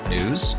News